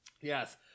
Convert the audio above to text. Yes